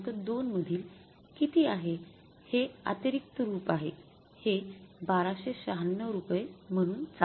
2 मधील किती आहे हे अतिरिक्त रूप आहेहे 1296 रुपये म्हणून चालते